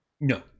No